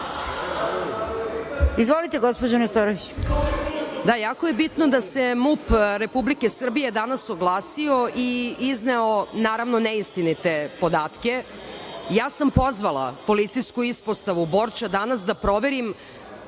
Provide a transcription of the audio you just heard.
**Danijela Nestorović** Jako je bitno da se MUP Republike Srbije danas oglasio i izneo, naravno, neistinite podatke. Ja sam pozvala policijsku ispostavu Borča danas da proverim